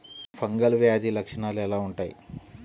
Fungal వ్యాధి లక్షనాలు ఎలా వుంటాయి?